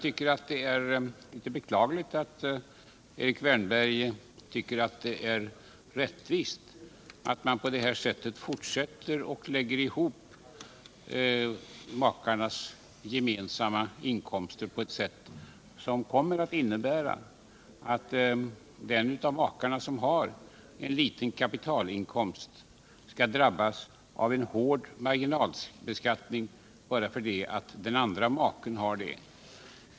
Herr talman! Det är litet beklagligt att Erik Wärnberg tycker att det är rättvist att man fortsätter att lägga ihop makarnas inkomster på ett sätt som innebär att den av makarna som har en liten kapitalinkomst drabbas av en hård marginalbeskattning bara därför att den andra maken har en sådan.